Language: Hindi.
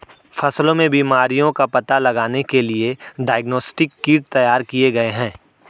फसलों में बीमारियों का पता लगाने के लिए डायग्नोस्टिक किट तैयार किए गए हैं